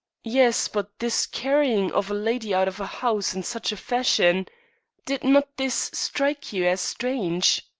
yes but this carrying of a lady out of a house in such fashion did not this strike you as strange?